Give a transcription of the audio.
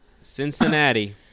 Cincinnati